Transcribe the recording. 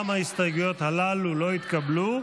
גם ההסתייגויות הללו לא התקבלו.